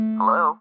Hello